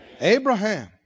Abraham